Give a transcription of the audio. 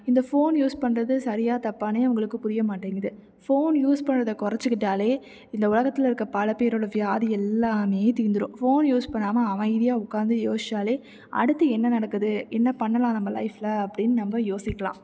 இந்த phone use பண்ணுறது சரியா தப்பானே உங்களுக்கு புரிய மாட்டேங்குது ஃபோன் யூஸ் பண்ணுறத கொறைச்சிக்கிட்டாலே இந்த உலகத்தில் இருக்க பல பேரோடய வியாதி எல்லாமே தீர்ந்திரும் ஃபோன் யூஸ் பண்ணாமல் அமைதியாக உக்காந்து யோசித்தாலே அடுத்து என்ன நடக்குது என்ன பண்ணலாம் நம்ம லைஃப்பில் அப்படின்னு நம்ம யோசிக்கலாம்